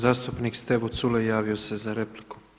Zastupnik Stevo Culej javio se za repliku.